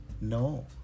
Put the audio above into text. no